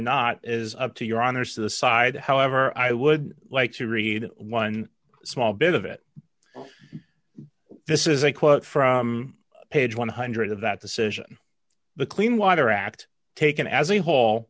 not is up to your honor's to the side however i would like to read one small bit of it this is a quote from page one hundred of that decision the clean water act taken as a whole